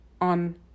on